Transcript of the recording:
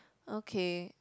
okay